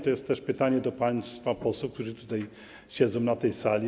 To jest też pytanie do państwa posłów, którzy siedzą na tej sali.